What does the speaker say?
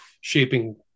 shaping